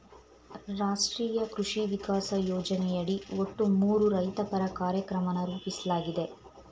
ರಾಷ್ಟ್ರೀಯ ಕೃಷಿ ವಿಕಾಸ ಯೋಜನೆಯಡಿ ಒಟ್ಟು ಮೂರು ರೈತಪರ ಕಾರ್ಯಕ್ರಮನ ರೂಪಿಸ್ಲಾಗಿದೆ